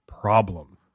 problem